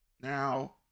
Now